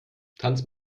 tanz